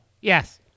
Yes